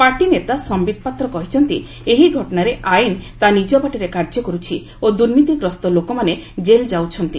ପାର୍ଟିନେତା ସମ୍ପିତ୍ ପାତ୍ର କହିଛନ୍ତି ଏହି ଘଟଣାରେ ଆଇନ୍ ତା' ନିଜ୍ଞ ବାଟରେ କାର୍ଯ୍ୟକରୁଛି ଓ ଦୁର୍ନୀତିଗ୍ରସ୍ତ ଲୋକମାନେ ଜେଲ୍ ଯାଉଛନ୍ତି